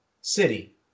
City